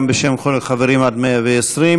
גם בשם כל החברים, עד מאה-ועשרים,